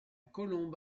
colombe